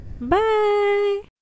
Bye